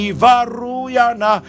Ivaruyana